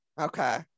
okay